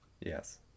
yes